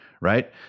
right